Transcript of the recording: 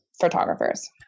photographers